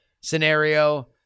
scenario